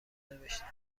نوشتند